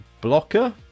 blocker